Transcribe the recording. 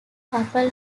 couple